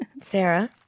Sarah